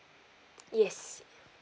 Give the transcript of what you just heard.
yes